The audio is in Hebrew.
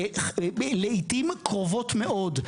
לעיתים קרובות מאוד,